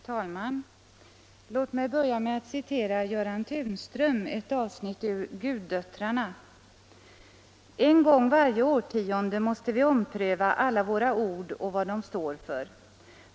Herr talman! Låt mig börja med att citera Göran Tunström, ett avsnitt ur Guddöttrarna: ”En gång varje årtionde måste vi ompröva alla våra ord och vad de står för.